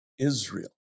Israel